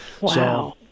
wow